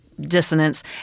dissonance